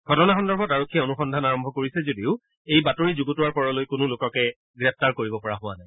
ঘটনা সন্দৰ্ভত আৰক্ষীয়ে অনুসন্ধান আৰম্ভ কৰিছে যদিও এই বাতৰি যুগুতোৱাৰ পৰলৈ কোনো লোককে গ্ৰেপ্তাৰ কৰিব পৰা হোৱা নাই